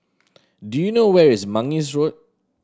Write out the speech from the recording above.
do you know where is Mangis Road